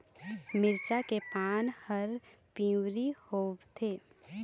मिरचा के पान हर पिवरी होवथे?